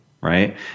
right